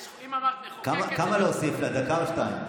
אם אמרת מחוקקת, כמה להוסיף לה, דקה או שתיים?